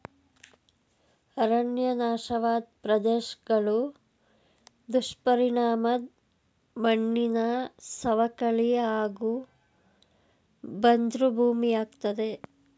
ಅರಣ್ಯ ನಾಶವಾದ್ ಪ್ರದೇಶ್ಗಳು ದುಷ್ಪರಿಣಾಮದ್ ಮಣ್ಣಿನ ಸವಕಳಿ ಹಾಗೂ ಬಂಜ್ರು ಭೂಮಿಯಾಗ್ತದೆ